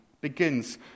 begins